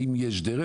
האם יש דרך,